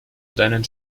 deinen